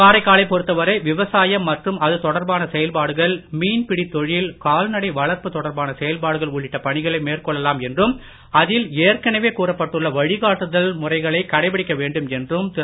காரைக்காலை பொறுத்த வரை விவசாயம் மற்றும் அது தொடர்பான செயல்பாடுகள் மீன் பிடித் தொழில் கால்நடை வளர்ப்பு தொடர்பான செயல்பாடுகள் உள்ளிட்ட பணிகளை மேற்கொள்ளலாம் என்றும் அதில் ஏற்கனவே கூறப்பட்டுள்ள வழிகாட்டுதல் முறைகளை கடைப்பிடிக்க வேண்டும் என்றும் திரு